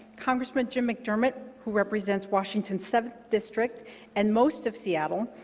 congressman jim mcdermott, who represents washington's seventh district and most of seattle,